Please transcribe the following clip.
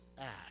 act